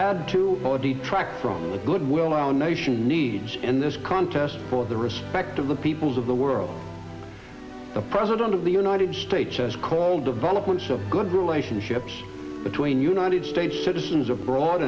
add to detract from the good will our nation needs in this contest for the respect of the peoples of the world the president of the united states has called development so good relationships between united states citizens abroad